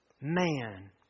Man